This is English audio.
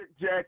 jack